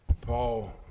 Paul